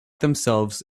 themselves